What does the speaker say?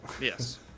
Yes